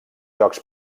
jocs